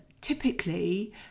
typically